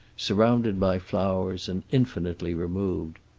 surrounded by flowers and infinitely removed.